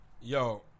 Yo